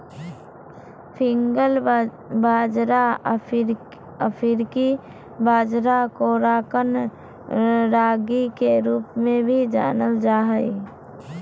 finger बाजरा अफ्रीकी बाजरा कोराकन रागी के रूप में भी जानल जा हइ